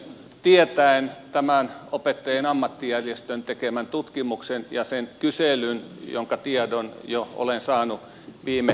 tiedän tämän opettajien ammattijärjestön tekemän tutkimuksen ja sen kyselyn jota koskevan tiedon olen saanut jo viime kevättalvena